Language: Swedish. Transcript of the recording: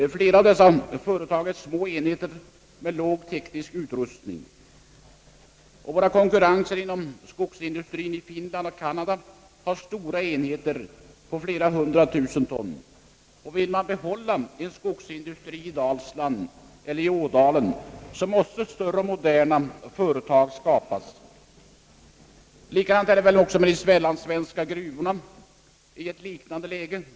Flera av de aktuella företagen är små enheter med lågt utvecklad teknisk utrustning. Våra konkurrenter på skogsindustriens område i Finland och Kanada är enheter med en årsproduktion av flera hundra tusen ton. Vill man behålla en skogsindustri i Dalsland eller i Ådalen, måste moderna företag med större kapacitet skapas. De mellansvenska gruvorna befinner sig i ett liknande läge.